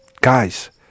guys